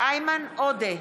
איימן עודה,